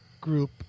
group